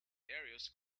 darius